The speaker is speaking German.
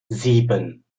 sieben